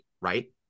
right